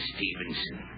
Stevenson